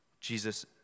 Jesus